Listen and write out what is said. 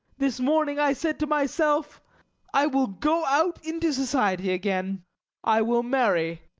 this morning i said to myself i will go out into society again i will marry.